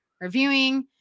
reviewing